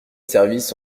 service